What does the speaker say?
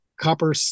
copper